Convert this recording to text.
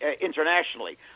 internationally